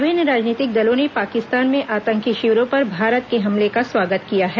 विभिन्न राजनीतिक ्दलों ने पांकिस्तान में आतंकी शिविरों पर भारत के हमले का स्वागत किया है